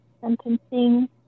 sentencing